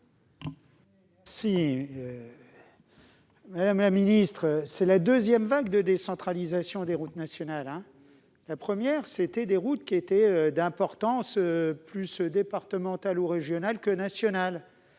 vote. Madame la ministre, c'est la deuxième vague de décentralisation des routes nationales. La première a concerné des routes de dimension plus départementale ou régionale que nationale,